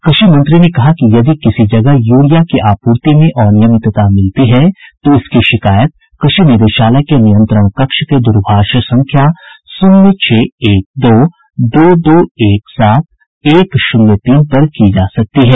कृषि मंत्री ने कहा है कि यदि किसी जगह यूरिया की आपूर्ति में अनियमितता मिलती है तो इसकी शिकायत कृषि निदेशालय के नियंत्रण कक्ष के द्रभाष संख्या शून्य छह एक दो दो दो एक सात एक शून्य तीन पर की जा सकती है